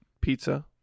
pizza